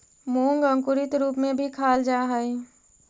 मूंग अंकुरित रूप में भी खाल जा हइ